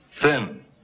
thin